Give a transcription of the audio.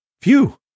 Phew